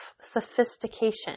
sophistication